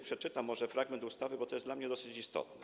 Przeczytam może fragment ustawy, bo to jest dla mnie dosyć istotne.